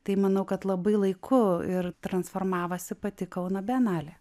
tai manau kad labai laiku ir transformavosi pati kauno bienalė